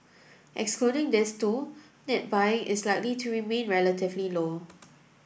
excluding these two net buying is likely to remain relatively low